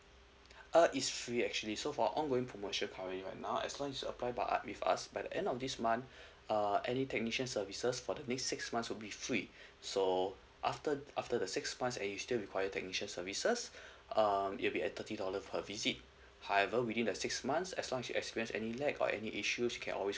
uh is free actually so for ongoing promotion currently right now as long as you apply with us by the end of this month uh any technician services for the next six months will be free so after after the six months and you still required technician services um it'll be at thirty dollar per visit however within the six months as long as you experience any lag or any issues you can always